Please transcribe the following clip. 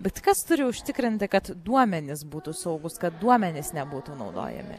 bet kas turi užtikrinti kad duomenys būtų saugūs kad duomenys nebūtų naudojami